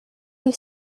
you